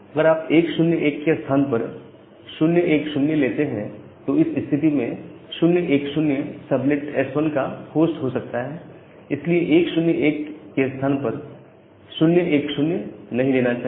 अगर आप 101 के स्थान पर 010 लेते हैं तो इस स्थिति में 010 सबनेट S1 का होस्ट हो सकता है इसलिए 101 के स्थान पर 010 नहीं लेना चाहिए